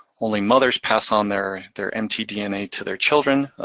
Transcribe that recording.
only mothers pass on their their mtdna to their children.